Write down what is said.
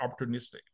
opportunistic